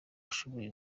ashoboye